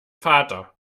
vater